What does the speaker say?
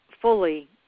fully